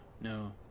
no